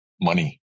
money